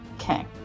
Okay